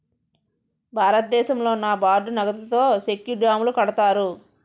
భారతదేశంలో నాబార్డు నగదుతో సెక్కు డ్యాములు కడతారు